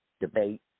debate